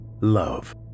love